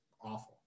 awful